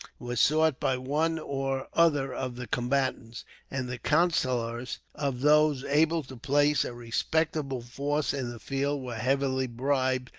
was sought by one or other of the combatants and the counsellors of those able to place a respectable force in the field were heavily bribed,